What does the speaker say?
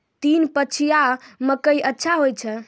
तीन पछिया मकई अच्छा होय छै?